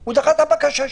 הוא דחה את הבקשה שלי.